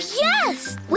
yes